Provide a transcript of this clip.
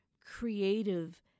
creative